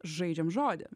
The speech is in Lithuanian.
žaidžiam žodį